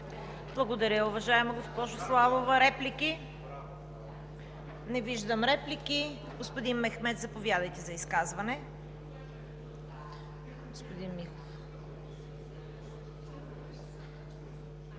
Благодаря, уважаема госпожо Славова. Реплики? Не виждам. Господин Мехмед, заповядайте за изказване. ЕРОЛ МЕХМЕД